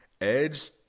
Edge